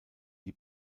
die